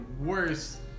worst